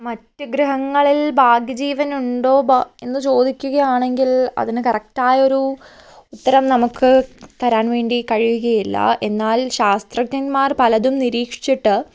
മറ്റ് ഗ്രഹങ്ങളിൽ ബാഹ്യ ജീവൻ ഉണ്ടോ എന്ന് ചോദിക്കുകയാണെങ്കിൽ അതിനു കറക്റ്റായൊരു ഉത്തരം നമുക്ക് തരാൻ വേണ്ടി കഴിയുകയില്ല എന്നാൽ ശാസ്ത്രജ്ഞന്മാർ പലതും നിരീക്ഷിച്ചിട്ട്